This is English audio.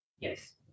Yes